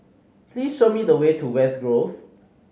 please show me the way to West Grove